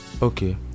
okay